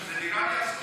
זה נראה לי הזוי.